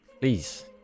please